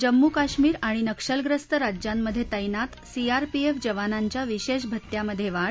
जम्मू काश्मीर आणि नक्षलग्रस्त राज्यांमध्ये तैनात सीआरपीएफ जवानांच्या विशेष भत्त्यामध्ये वाढ